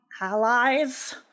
allies